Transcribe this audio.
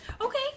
Okay